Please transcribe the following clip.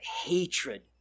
hatred